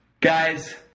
Guys